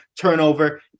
turnover